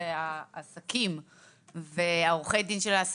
אלה העסקים ועורכי הדין שלהם.